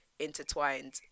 intertwined